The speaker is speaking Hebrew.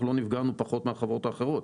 אנחנו לא נפגענו פחות מהחברות האחרות.